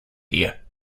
here